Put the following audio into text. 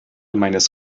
meines